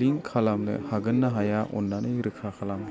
link खालामनो हागोन ना हाया अन्नानै रोखा खालाम